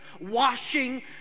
washing